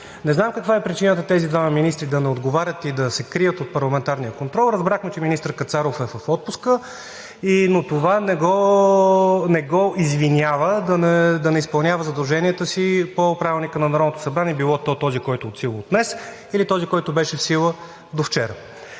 Не знам каква е причината тези двама министри да не отговарят и да се крият от парламентарния контрол. Разбрахме, че министър Кацаров е в отпуска, но това не го извинява да не изпълнява задълженията си по Правилника на Народното събрание – било този, който е в сила от днес, или този, който беше в сила до вчера.